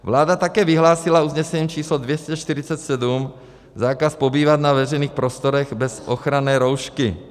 Vláda také vyhlásila usnesením číslo 247 zákaz pobývat na veřejných prostorech bez ochranné roušky.